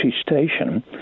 station